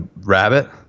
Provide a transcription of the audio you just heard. rabbit